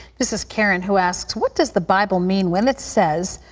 this is karen, who asks, what does the bible mean when it says,